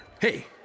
Hey